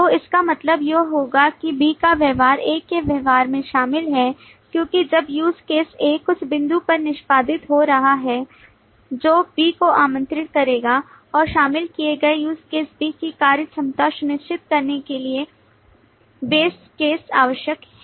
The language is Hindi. तो इसका मतलब यह होगा कि B का व्यवहार A के व्यवहार में शामिल है क्योंकि जब Use Case A कुछ बिंदु पर निष्पादित हो रहा है जो B को आमंत्रित करेगा और शामिल किए गए Use Case B की कार्यक्षमता सुनिश्चित करने के लिए base case आवश्यक है